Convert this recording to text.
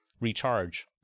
Recharge